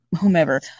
whomever